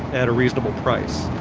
at a reasonable price,